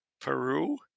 Peru